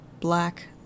black